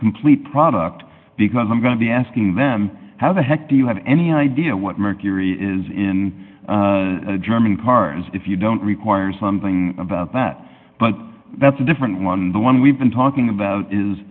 complete product because i'm going to be asking them how the heck do you have any idea what mercury is in the german cars if you don't require something about that but that's a different one the one we've been talking about is